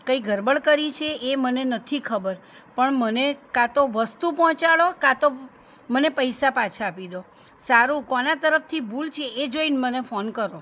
કંઇ ગરબડ કરી છે એ મને નથી ખબર પણ મને ક્યાં તો વસ્તુ પહોંચાડો ક્યાં તો મને પૈસા પાછા આપી દો સારું કોના તરફથી ભૂલ છે એ જોઈને મને ફોન કરો